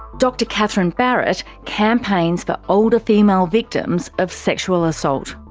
dr catherine barrett campaigns for older female victims of sexual assault.